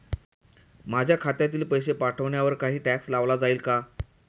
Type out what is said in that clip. माझ्या खात्यातील पैसे पाठवण्यावर काही टॅक्स लावला जाईल का?